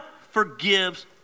forgives